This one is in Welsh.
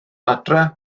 adre